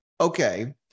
okay